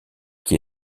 qui